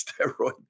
steroid